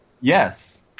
Yes